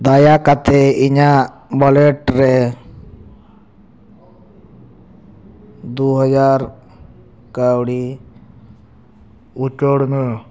ᱫᱟᱭᱟ ᱠᱟᱛᱮᱫ ᱤᱧᱟᱹᱜ ᱚᱣᱟᱞᱮᱴ ᱨᱮ ᱫᱩ ᱦᱟᱡᱟᱨ ᱠᱟᱹᱣᱰᱤ ᱩᱪᱟᱹᱲ ᱢᱮ